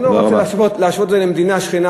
אני לא רוצה להשוות את זה למדינה שכנה,